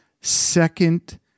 second